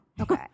Okay